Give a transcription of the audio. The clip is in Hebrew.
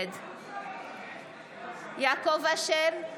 נגד יעקב אשר,